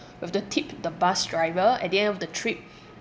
we've to tip the bus driver at the end of the trip